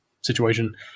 situation